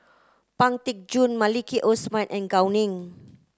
Pang Teck Joon Maliki Osman and Gao Ning